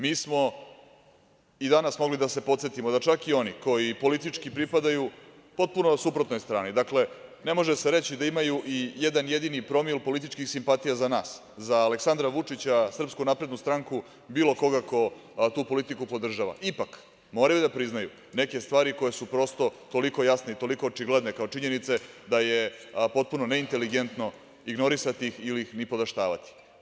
Mi smo i danas mogli da se podsetimo da čak i oni koji politički pripadaju potpuno suprotnoj strani, dakle, ne može se reći da imaju i jedan jedini promil političkih simpatija za nas, za Aleksandra Vučića, SNS, bilo koga ko tu politiku podržava, ipak moraju da priznaju neke stvari koje su prosto toliko jasne i toliko očigledne kao činjenice da je potpuno neinteligentno ignorisati ih ili ih nipodaštavati.